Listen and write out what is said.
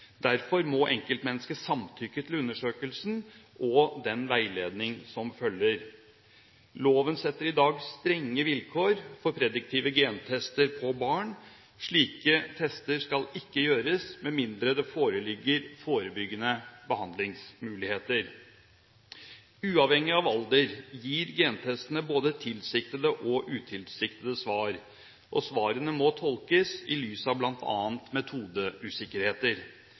Derfor må enkeltmennesket samtykke til undersøkelsen og den veiledning som følger. Loven setter i dag strenge vilkår for prediktive gentester på barn. Slike tester skal ikke gjøres med mindre det foreligger forebyggende behandlingsmuligheter. Uavhengig av alder gir gentestene både tilsiktede og utilsiktede svar, og svarene må tolkes i lys av bl.a. metodeusikkerheter.